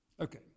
Okay